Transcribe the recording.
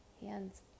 hands